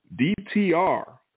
DTR